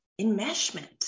enmeshment